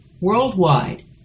worldwide